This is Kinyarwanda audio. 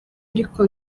ariko